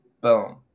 Boom